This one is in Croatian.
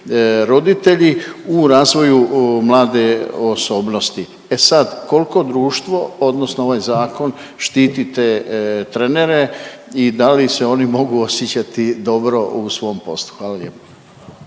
roditelji u razvoju mlade osobnosti. E sad, koliko društvo odnosno ovaj zakon štiti te trenere i da li se oni mogu osjećati dobro u svom poslu? Hvala